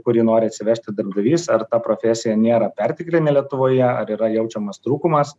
kurį nori atsivežti darbdavys ar ta profesija nėra perteklinė lietuvoje ar yra jaučiamas trūkumas